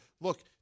look